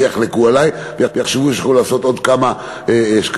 שיחלקו עלי ויחשבו שיוכלו לעשות עוד כמה שקלים,